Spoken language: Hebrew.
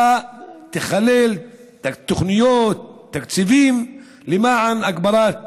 וייכללו תוכניות, תקציבים, למען הגברת